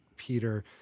Peter